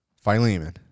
Philemon